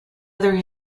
other